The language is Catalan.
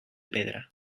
pedra